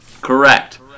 Correct